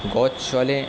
গজ চলে